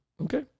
okay